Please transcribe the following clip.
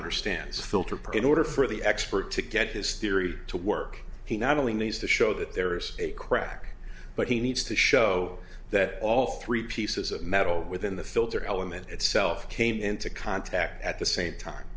understands filter pro in order for the expert to get his theory to work he not only needs to show that there's a crack but he needs to show that all three pieces of metal within the filter element itself came into contact at the same time